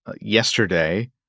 yesterday